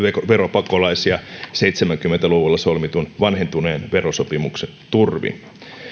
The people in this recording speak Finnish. veropakolaisia seitsemänkymmentä luvulla solmitun vanhentuneen verosopimuksen turvin